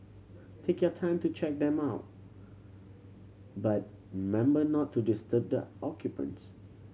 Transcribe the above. take your time to check them out but member not to disturb the occupants